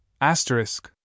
asterisk